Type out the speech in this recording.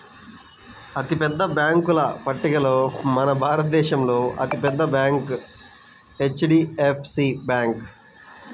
అతిపెద్ద బ్యేంకుల పట్టికలో మన భారతదేశంలో అతి పెద్ద బ్యాంక్ హెచ్.డీ.ఎఫ్.సీ బ్యాంకు